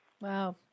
Wow